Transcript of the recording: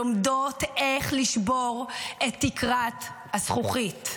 לומדות איך לשבור את תקרת הזכוכית.